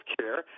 care